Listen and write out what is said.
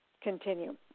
continue